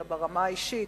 אלא ברמה האישית,